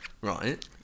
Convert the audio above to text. Right